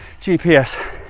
GPS